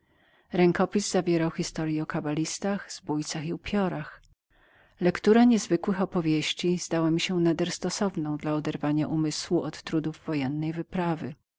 rękopis zawierał historie o kabalistach zbójcach i upiorach lektura niezwykłych opowieści zdała mi się nader stosowną dla oderwania umysłu od trudów wojennej wyprawy